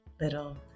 little